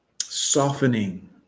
softening